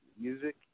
Music